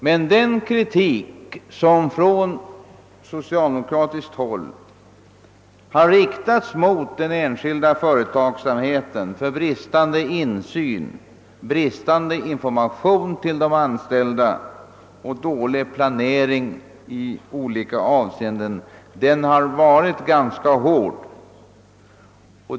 Men den kritik som från socialdemokratiskt håll har riktats mot den enskilda företagsamheten för bristande insyn, bristande information till de anställda och dålig planering i olika avseenden har varit ganska hård.